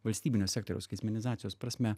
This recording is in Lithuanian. valstybinio sektoriaus skaitmenizacijos prasme